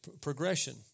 progression